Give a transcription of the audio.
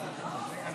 הח"כ